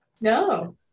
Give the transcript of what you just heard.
No